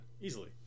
Easily